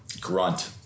Grunt